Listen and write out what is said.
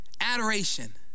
adoration